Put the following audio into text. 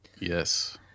yes